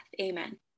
Amen